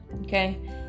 Okay